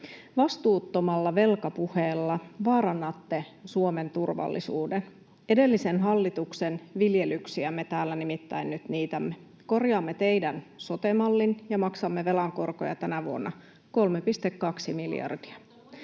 vastuuttomalla velkapuheella vaarannatte Suomen turvallisuuden. Edellisen hallituksen viljelyksiä me täällä nimittäin nyt niitämme. Korjaamme teidän sote-mallinne ja maksamme velan korkoja tänä vuonna 3,2 miljardia.